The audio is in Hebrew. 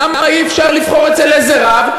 למה אי-אפשר לבחור איזה רב,